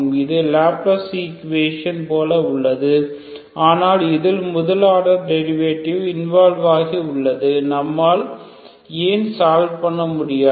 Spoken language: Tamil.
இது லாப்லஸ் ஈக்குவேஷன் போல உள்ளது ஆனால் இதில் முதல் ஆர்டர் டெரிவேட்டிவ் இன்வால்வ் ஆகி உள்ளது நம்மால் ஏன் சால்வ் பண்ண இயலாது